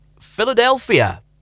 Philadelphia